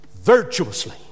virtuously